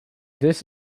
this